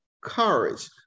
courage